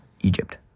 Egypt